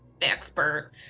expert